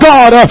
God